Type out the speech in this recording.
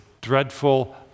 dreadful